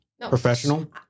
professional